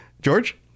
George